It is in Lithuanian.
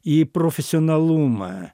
į profesionalumą